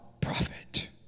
prophet